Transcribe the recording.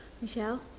Michelle